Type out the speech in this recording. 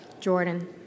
Jordan